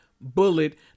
bullet